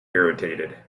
irritated